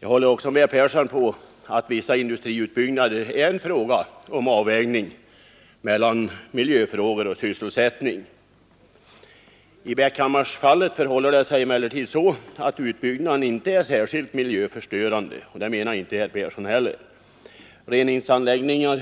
Jag håller också med herr Persson om att det vid vissa industriutbyggnader är fråga om avvägning mellan miljö och sysselsättning. I Bäckhammarsfallet förhåller det sig emellertid så att utbyggnaden inte är särskilt miljöförstörande — det menar inte herr Persson heller. Reningsanläggningar